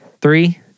Three